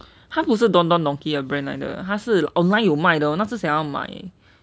它不是 don don donki 的 brand 来的它是 online 有卖的那时想要买